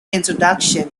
introduction